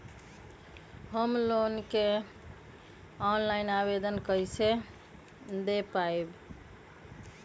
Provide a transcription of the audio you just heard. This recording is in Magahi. होम लोन के ऑनलाइन आवेदन कैसे दें पवई?